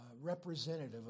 representative